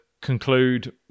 conclude